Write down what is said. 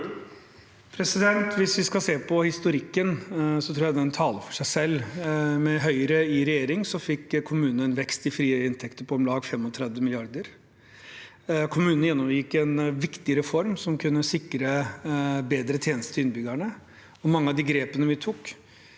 Hvis vi skal se på historikken, tror jeg den taler for seg selv. Med Høyre i regjering fikk kommunene en vekst i frie inntekter på om lag 35 mrd. kr. Kommunene gjennomgikk en viktig reform som kunne sikre bedre tjenester til innbyggerne, og mange av de grepene vi tok,